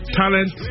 talent